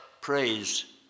Praise